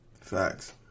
Facts